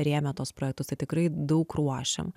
rėmė tuos projektus tai tikrai daug ruošėm